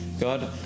God